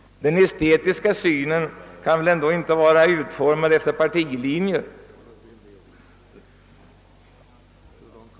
Den estetiska synen kan väl ändå inte formas efter partilinjer.